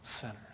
sinners